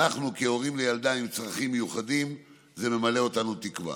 כהורים לילדה עם צרכים מיוחדים זה ממלא אותנו תקווה.